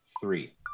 Three